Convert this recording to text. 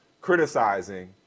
criticizing